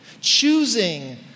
Choosing